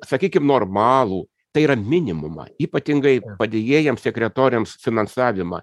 sakykim normalų tai yra minimumą ypatingai padėjėjams sekretoriams finansavimą